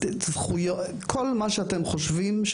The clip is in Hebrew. זכויות וכל מה שאתם יכולים לחשוב עליו,